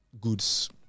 goods